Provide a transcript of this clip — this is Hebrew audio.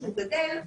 כשהוא גדל,